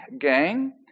gang